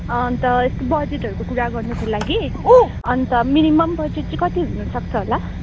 अन्त यसको बजेटहरूको कुरा गर्नुको लागि अन्त मिनिमम बजेट चाहिँ कति हुनुसक्छ होला